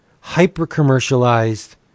hyper-commercialized